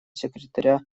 секретаря